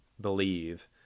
believe